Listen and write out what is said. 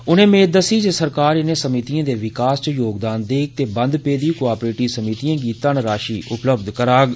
उनें मेद दस्सी जे सरकार इनें समितियें दे विकास च योगदान देग ते बंद पेदी कॉपरेटिव समितियें गी धन्नराशि उपलब्ध कराई जाग